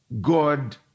God